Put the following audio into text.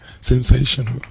Sensational